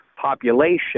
population